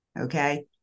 okay